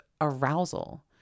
arousal